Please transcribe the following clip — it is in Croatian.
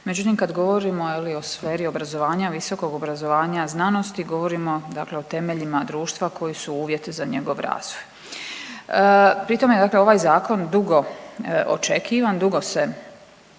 međutim kad govorimo je li o sferi obrazovanja, visokog obrazovanja i znanosti govorimo dakle o temeljima društva koji su uvjeti za njegov razvoj. Pri tome dakle ovaj zakon dugo očekivan, dugo se